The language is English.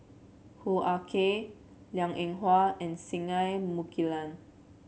Hoo Ah Kay Liang Eng Hwa and Singai Mukilan